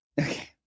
Okay